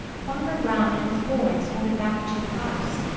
farmer brown and his boy started back to the house.